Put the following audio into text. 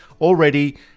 already